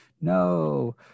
No